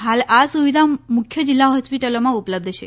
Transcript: હાલ આ સુવિધા મુખ્ય જિલ્લા હોસ્પિટલોમાં ઉપલબ્ધ છે